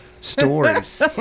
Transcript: stories